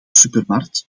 supermarkt